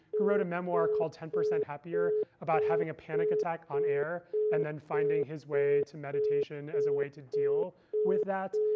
who wrote a memoir called ten percent happier about having a panic attack on air and then finding his way to meditation as a way to deal with that.